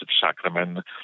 Sacrament